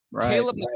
Caleb